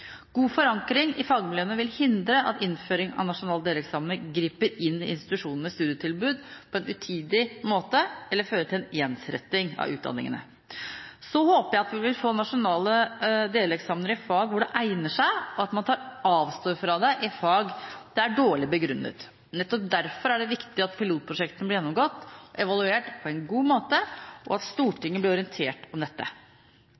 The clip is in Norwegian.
God forankring i fagmiljøene vil hindre at innføring av nasjonal deleksamen griper inn i institusjonenes studietilbud på en utidig måte eller fører til en ensretting av utdanningene. Så håper jeg at vi vil få nasjonale deleksamener i fag hvor det egner seg, og at man avstår fra dette i fag det er dårlig begrunnet. Nettopp derfor er det viktig at pilotprosjektene blir gjennomgått og evaluert på en god måte, og at